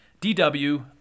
DW